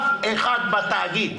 אף אחד בתאגיד,